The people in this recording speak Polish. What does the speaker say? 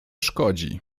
szkodzi